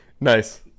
Nice